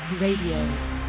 RADIO